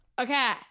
Okay